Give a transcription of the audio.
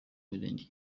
mirenge